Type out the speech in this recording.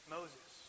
Moses